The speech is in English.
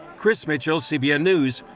chris mitchell, cbn news,